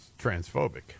transphobic